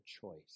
choice